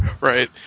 Right